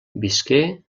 visqué